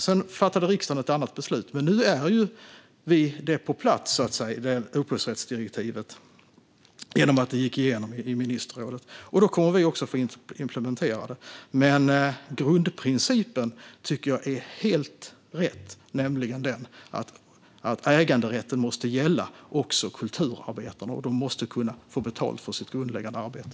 Sedan fattade riksdagens EU-nämnd ett annat beslut, men nu är upphovsrättsdirektivet på plats genom att det gick igenom i ministerrådet. Då kommer vi också att få implementera det. Grundprincipen tycker jag är helt riktig, nämligen den att äganderätten måste gälla också kulturarbetarna och att de måste kunna få betalt för sitt grundläggande arbete.